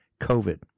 COVID